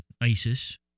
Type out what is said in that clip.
ISIS